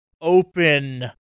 open